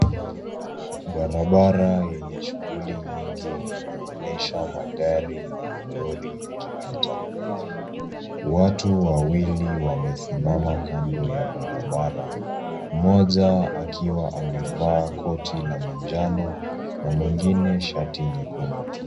Barabara yenye shughuli nyingi inaonyesha magari na malori yakipita, watu wawili wamesimama kando ya barabara, moja akiwa amevaa koti la manjano na mwingine shati nyekundu.